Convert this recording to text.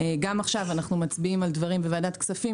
גם עכשיו אנחנו מצביעים על דברים בוועדת כספים